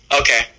Okay